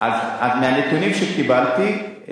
אז מהנתונים שקיבלתי,